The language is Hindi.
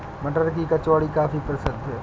मटर की कचौड़ी काफी प्रसिद्ध है